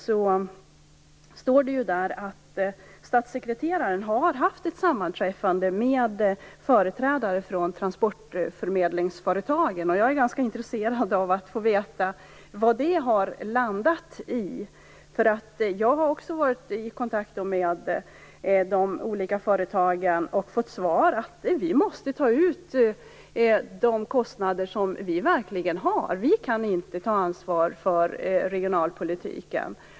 Det framgick där att statssekreteraren har haft ett sammanträffande med företrädare för transportförmedlingsföretagen. Jag är ganska intresserad av att få veta vad detta har landat i. Jag har också varit i kontakt med de olika företagen. Det svar jag har fått är att de måste ta ut dessa priser för att täcka de kostnader de verkligen har. De kan inte ta ansvar för regionalpolitiken.